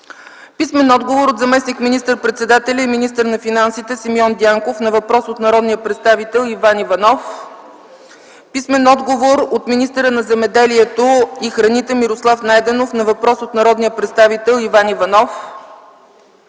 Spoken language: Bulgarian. и Ваньо Шарков; - от заместник министър-председателя и министър на финансите Симеон Дянков на въпрос от народния представител Иван Иванов; - от министъра на земеделието и храните Мирослав Найденов на въпрос от народния представител Иван Иванов;